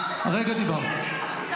הרגע דיברת.